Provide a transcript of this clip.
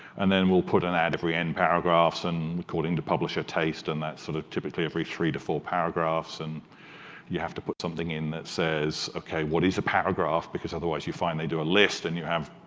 and then we'll put an ad every n paragraphs according to publisher taste. and that's sort of typically every three to four paragraphs. and you have to put something in that says, ok, what is a paragraph? because otherwise you find they do a list and you have